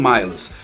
Miles